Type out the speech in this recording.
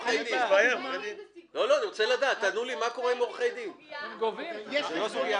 יש חשבון